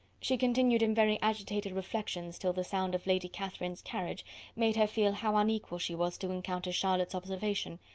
she continued in very agitated reflections till the sound of lady catherine's carriage made her feel how unequal she was to encounter charlotte's observation,